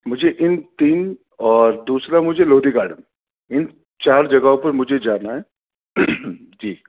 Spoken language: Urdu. مجھے ان تین اور دوسرا مجھے لودھی گارڈن ان چار جگہوں پر مجھے جانا ہے جی